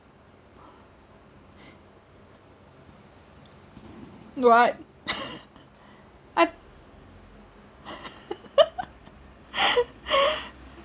do I I